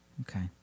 Okay